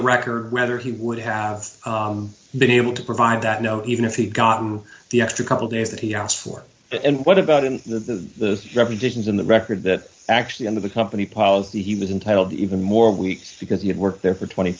the record whether he would have been able to provide that know even if he got the extra couple days that he asked for it and what about him the repetitions in the record that actually under the company policy he was entitled to even more weeks because he had worked there for twenty